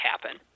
happen